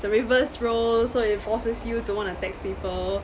it's a reverse role so it forces you to want to text people